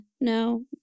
No